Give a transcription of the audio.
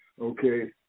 Okay